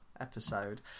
episode